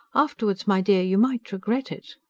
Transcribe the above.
afterwards, my dear, you might regret it.